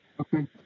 Okay